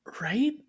Right